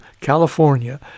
California